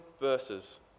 verses